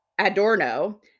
Adorno